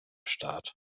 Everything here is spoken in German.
start